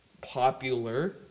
popular